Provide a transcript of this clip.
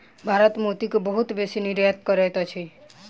भारत मोती के बहुत बेसी निर्यात करैत अछि